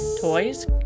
toys